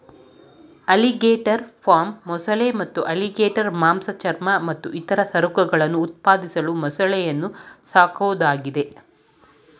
alligator farm ಮೊಸಳೆ ಮತ್ತು alligator ಮಾಂಸ ಚರ್ಮ ಮತ್ತು ಇತರ ಸರಕುಗಳನ್ನು ಉತ್ಪಾದಿಸಲು ಮೊಸಳೆಯನ್ನು ಸಾಕೋದಾಗಿದೆ